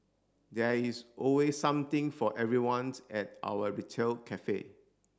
there is always something for everyone's at our retail cafe